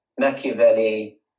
Machiavelli